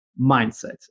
mindset